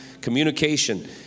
communication